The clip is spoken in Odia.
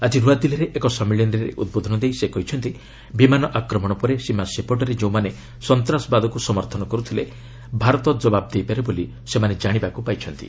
ଆଜି ନୂଆଦିଲ୍ଲୀରେ ଏକ ସମ୍ମିଳନୀରେ ଉଦ୍ବୋଧନ ଦେଇ ସେ କହିଛନ୍ତି ବିମାନ ଆକ୍ରମଣ ପରେ ସୀମା ସେପଟରେ ଯେଉଁମାନେ ସନ୍ତାସବାଦୀକୁ ସମର୍ଥନ କରୁଥିଲେ ଭାରତ ଜବାବ୍ ଦେଇପାରେ ବୋଲି ଜାଣିବାକୁ ପାଇଛନ୍ତି